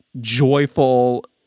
joyful